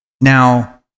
Now